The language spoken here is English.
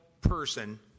person